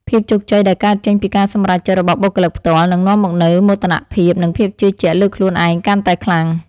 ភាពជោគជ័យដែលកើតចេញពីការសម្រេចចិត្តរបស់បុគ្គលិកផ្ទាល់នឹងនាំមកនូវមោទនភាពនិងភាពជឿជាក់លើខ្លួនឯងកាន់តែខ្លាំង។